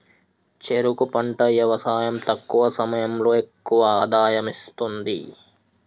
చెరుకు పంట యవసాయం తక్కువ సమయంలో ఎక్కువ ఆదాయం ఇస్తుంది